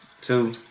Two